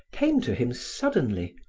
came to him suddenly,